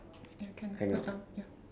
I see okay already